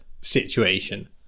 situation